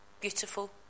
beautiful